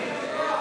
התשע"ו 2015,